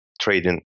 trading